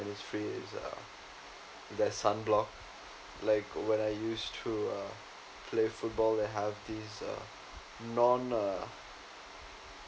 innisfree is uh their sunblock like when I used to uh play football I have these uh non uh